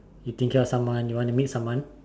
you thinking of someone you want to meet someone